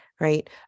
Right